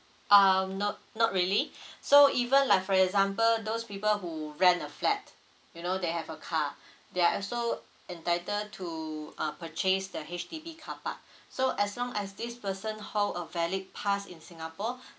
um not not really so even like for example those people who rent a flat you know they have a car they're so entitle to uh purchase the H_D_B carpark so as long as this person hold a valid pass in singapore